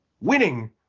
winning